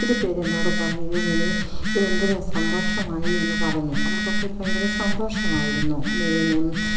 ഒത്തിരി പേര് എന്നോട് പറഞ്ഞു ഇനി ഇത് എന്തൊരു സന്തോഷമായി എന്നു പറഞ്ഞു അവർക്കൊക്കെ ഒരു ഭയങ്കര സന്തോഷമായിരുന്നു മീന്നെ